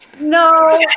No